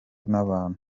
n’abantu